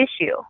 issue